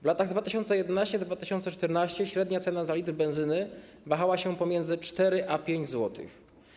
W latach 2011-2014 średnia cena za 1 l benzyny wahała się pomiędzy 4 zł a 5 zł.